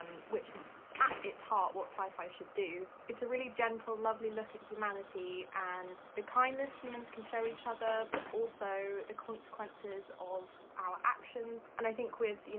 um which is at its heart, what sci-fi should do. it's a really gentle, lovely look at humanity and the kindness humans can show each other but also the consequences of our actions and i think with, you